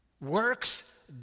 Works